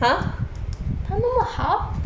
他那么好